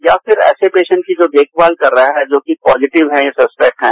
या फिर ऐसे पेसन्ट की जो देखभाल कर रहा है जो कि पॉजिटिव है या सस्पेक्ट है